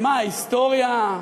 מה ההיסטוריה?